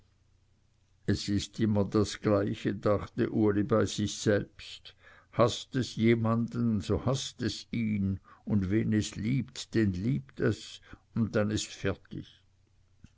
es ist immer das gleiche dachte uli bei sich selbst haßt es jemanden so haßt es ihn und wen es liebt den liebt es und dann ists fertig